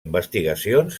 investigacions